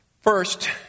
First